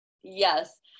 Yes